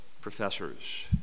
professors